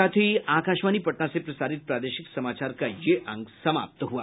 इसके साथ ही आकाशवाणी पटना से प्रसारित प्रादेशिक समाचार का ये अंक समाप्त हुआ